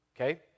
Okay